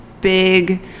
big